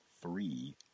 three